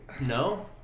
no